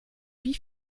wie